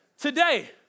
Today